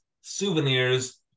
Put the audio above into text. souvenirs